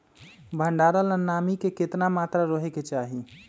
भंडारण ला नामी के केतना मात्रा राहेके चाही?